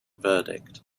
verdict